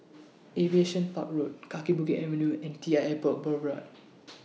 Aviation Park Road Kaki Bukit Avenue and T L Airport Boulevard